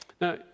Now